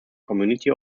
community